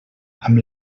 amb